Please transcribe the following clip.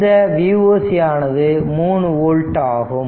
இந்த Voc ஆனது 3 volt ஆகும்